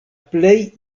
plej